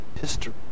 history